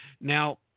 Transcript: Now